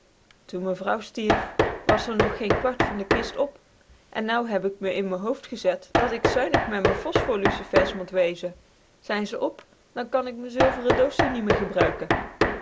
vrouw stierf was r nog geen kwart van de kist op en nou heb k me in me hoofd gezet dat k zuinig met me phosphorlucifers mot wezen zijn ze op dan kan k me zilveren doossie niet meer gebruiken